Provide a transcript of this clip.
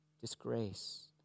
disgrace